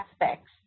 aspects